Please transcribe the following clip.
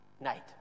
night